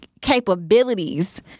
capabilities